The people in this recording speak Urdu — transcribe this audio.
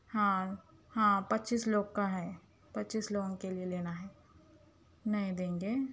ہاں ہاں پچیس لوگ کا ہے پچیس لوگوں کے لیے لینا ہے نہیں دیں گے